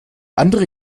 andere